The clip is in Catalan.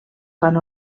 fan